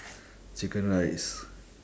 chicken rice